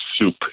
soup